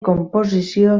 composició